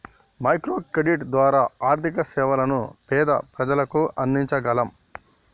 micro credit ద్వారా ఆర్థిక సేవలను పేద ప్రజలకు అందించగలం